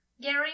Gary